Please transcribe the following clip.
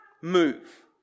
move